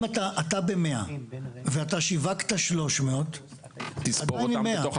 אתה ב-100 ואתה שיווקת 300. תספור אותן בתוך הספירה.